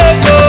go